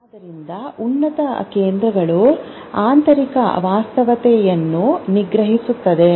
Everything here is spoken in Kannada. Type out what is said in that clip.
ಆದ್ದರಿಂದ ಉನ್ನತ ಕೇಂದ್ರಗಳು ಆಂತರಿಕ ವಾಸ್ತವತೆಯನ್ನು ನಿಗ್ರಹಿಸುತ್ತವೆ